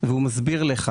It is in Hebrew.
הוא מסביר לך